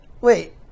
Wait